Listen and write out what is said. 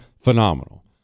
phenomenal